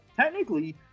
Technically